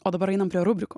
o dabar einam prie rubrikų